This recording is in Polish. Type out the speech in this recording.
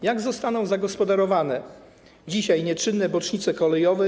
Jak zostaną zagospodarowane dzisiaj nieczynne bocznice kolejowe?